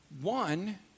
One